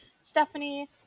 Stephanie